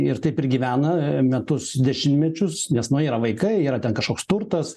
ir taip ir gyvena metus dešimtmečius nes nu yra vaikai yra ten kažkoks turtas